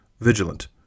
Vigilant